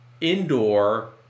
indoor